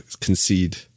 concede